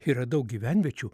yra daug gyvenviečių